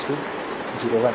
तो 10 i2 0